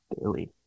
daily